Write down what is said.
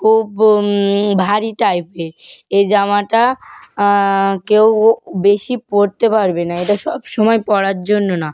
খুব ভারি টাইপের এ জামাটা কেউও বেশি পরতে পারবে না এটা সব সময় পরার জন্য না